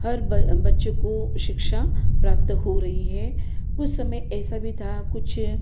हर बच्चों को शिक्षा प्राप्त हो रही है कुछ समय ऐसा भी था कुछ